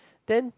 then